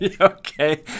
Okay